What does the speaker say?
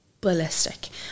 ballistic